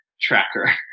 Tracker